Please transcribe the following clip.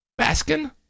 Baskin